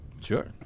sure